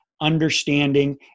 understanding